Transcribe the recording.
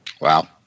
Wow